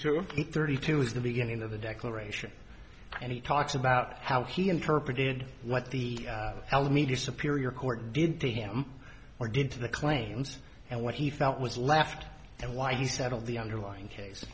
two thirty two is the beginning of the declaration and he talks about how he interpreted what the hell media superior court did to him or did to the claims and what he felt was left and why he settled the underlying case